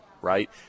right